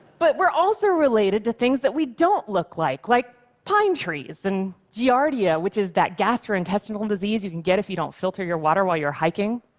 but we're also related to things that we don't look like, like pine trees and giardia, which is that gastrointestinal disease you can get if you don't filter your water while you're hiking.